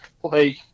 play